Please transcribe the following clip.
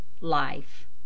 life